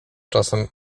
czasem